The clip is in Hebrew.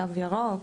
תו ירוק,